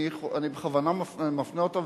אני בכוונה מפנה אותה,